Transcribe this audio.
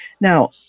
Now